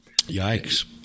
Yikes